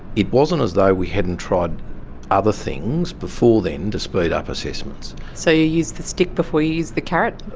it wasn't as though we hadn't tried other things before then to speed up assessments. so you used the stick before you used the carrot?